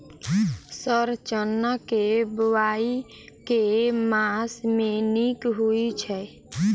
Sir चना केँ बोवाई केँ मास मे नीक होइ छैय?